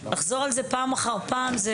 צריך לחזור על זה פעם אחר פעם.